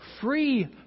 free